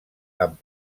amb